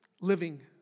living